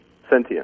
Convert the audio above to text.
sentient